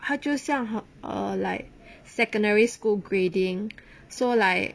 他就像好 err like secondary school grading so like